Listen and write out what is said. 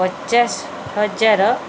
ପଚାଶ ହଜାର